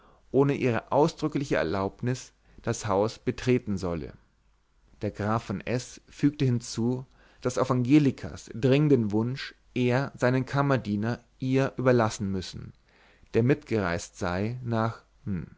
ohne ihre ausdrückliche erlaubnis das haus betreten solle der graf von s fügte hinzu daß auf angelikas dringenden wunsch er seinen kammerdiener ihr überlassen müssen der mitgereiset sei nach